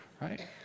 right